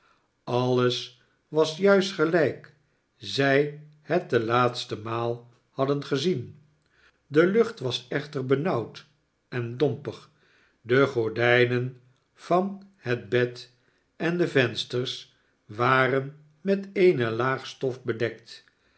alles was juist gelijk zij het de laatste maal hadden gezien de lucht was echter benauwd en dompig de gordijnen van het bed en de vensters waren met eene laag stof bedekt